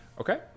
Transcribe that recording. Okay